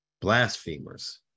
blasphemers